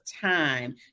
time